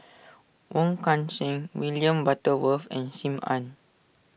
Wong Kan Seng William Butterworth and Sim Ann